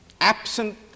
Absent